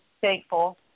thankful